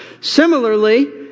Similarly